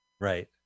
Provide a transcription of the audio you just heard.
Right